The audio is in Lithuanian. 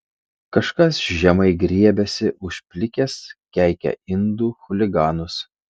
kažkas žemai griebiasi už plikės keikia indų chuliganus